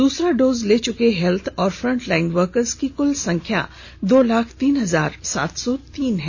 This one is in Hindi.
दूसरा डोज ले चुके हेत्थ और फ्रंट लाइन वर्कर्स की कुल संख्या दो लाख तीन हजार सात तौ तीन है